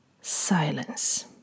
silence